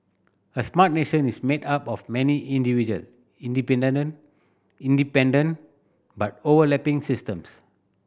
a smart nation is made up of many individual independent but overlapping systems